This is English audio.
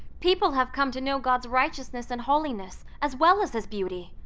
people have come to know god's righteousness and holiness as well as his beauty.